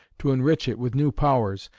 to enrich it with new powers,